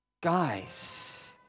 guys